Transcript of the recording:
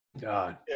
God